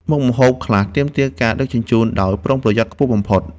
មុខម្ហូបខ្លះទាមទារការដឹកជញ្ជូនដោយប្រុងប្រយ័ត្នខ្ពស់បំផុត។